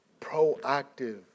Proactive